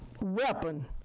weapon